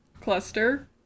cluster